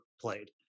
played